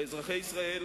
לאזרחי ישראל,